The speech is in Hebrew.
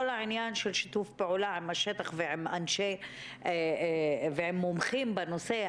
כל העניין של שיתוף פעולה עם השטח ועם מומחים בנושא,